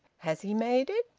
has he made it?